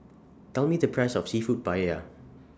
Tell Me The Price of Seafood Paella